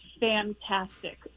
fantastic